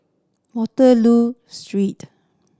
Waterloo Street